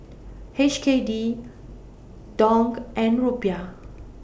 H K D Dong and Rupiah